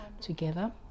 together